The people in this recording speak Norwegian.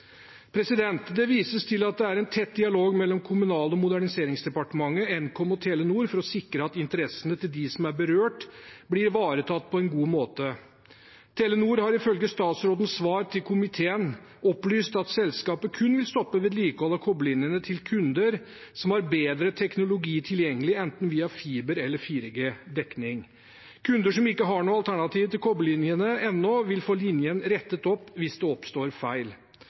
Det vises til at det er en tett dialog mellom Kommunal- og moderniseringsdepartementet, Nkom, Nasjonal kommunikasjonsmyndighet, og Telenor for å sikre at interessene til dem som er berørt, blir ivaretatt på en god måte. Telenor har ifølge statsrådens svar til komiteen opplyst at selskapet kun vil stoppe vedlikehold av kobberlinjene til kunder som har bedre teknologi tilgjengelig, enten via fiber eller 4G-dekning. Kunder som ikke har noe alternativ til kobberlinjene ennå, vil få linjen rettet opp hvis det oppstår feil.